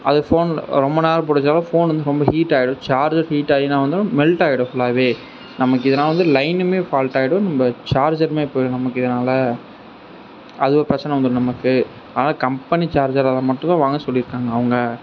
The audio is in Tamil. அது ஃபோன்ல ரொம்ப நேரம் பிடிச்சாவே ஃபோன் வந்து ரொம்ப ஹீட்டாகிடும் சார்ஜர் ஹீட்டாகி என்னா வந்துடும் மெல்ட்டாகிடும் ஃபுல்லாவே நமக்கு இதனால் வந்து லைனுமே ஃபால்ட் ஆகிடும் நம்ம சார்ஜருமே போய்டும் நமக்கு அதனால் அதுவும் பிரச்சனை வந்துடும் நமக்கு அதனால் கம்பெனி சார்ஜரை மட்டுந்தான் வாங்க சொல்லி இருக்காங்க அவங்க